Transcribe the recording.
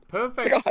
perfect